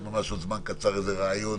אני חושב ש-500 שקלים זה גבוה מידי.